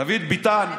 דוד ביטן,